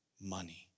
money